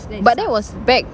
but that was back